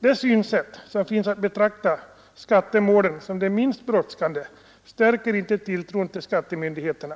Det synsätt som finns — att betrakta skattemålen som de minst brådskande — stärker inte tilltron till skattemyndigheterna.